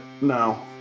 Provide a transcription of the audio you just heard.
No